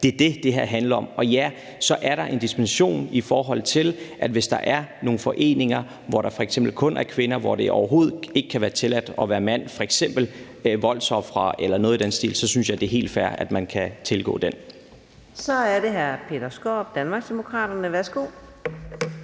Det er det, det her handler om. Og ja, så er der en dispensationsmulighed, i forhold til hvis der er nogle foreninger, hvor der f.eks. kun er kvinder, og hvor det overhovedet ikke kan være tilladt at være der som mand, f.eks. i forbindelse med voldsofre eller noget i den stil, og så synes jeg, det er helt fair, at man kan tilgå den. Kl. 14:47 Anden næstformand (Karina